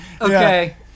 Okay